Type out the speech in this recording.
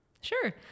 Sure